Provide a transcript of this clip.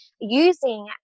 using